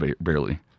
barely